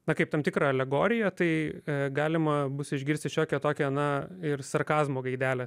na kaip tam tikrą alegoriją tai galima bus išgirsti šiokią tokią na ir sarkazmo gaidelę